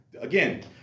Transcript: again